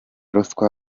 ruswa